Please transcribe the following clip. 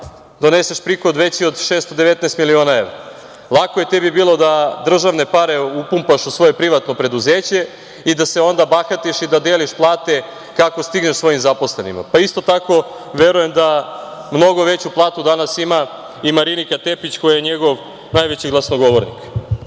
doneseš prihod i veći od 619 miliona evra. Lako je tebi bilo da državne pare upumpaš u svoje privatno preduzeće i da se onda bahatiš i da deliš plate kako stigneš svojim zaposlenima, pa isto tako, verujem da mnogo veću platu ima i Marinika Tepić, koja je njegov najveći glasnogovornik. Da